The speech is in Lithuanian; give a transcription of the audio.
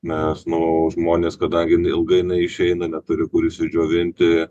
mes nu žmonės kadangi jinai ilgai neišeina neturi kur išsidžiovinti